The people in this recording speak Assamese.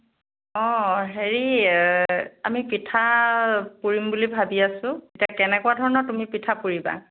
অঁ হেৰি আমি পিঠা পুৰিম বুলি ভাবি আছো এতিয়া কেনেকুৱা ধৰণৰ তুমি পিঠা পুৰিবা